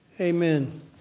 Amen